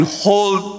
hold